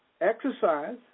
exercise